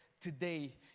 today